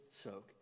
soak